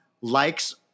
likes